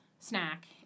snack